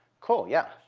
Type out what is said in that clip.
cool, yeah,